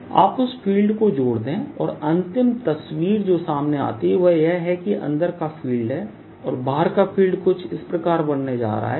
p4π3R3P4π33eK20E0z आप उस फील्ड को जोड़ दें और अंतिम तस्वीर जो सामने आती है वह यह है कि यह अंदर का फील्ड है और बाहर का फील्ड कुछ इस प्रकार का बनने जा रहा है